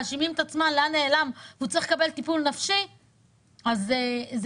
מאשימים את עצמם לאן הוא נעלם והם צריכים לקבל טיפול נפשי,